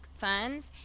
funds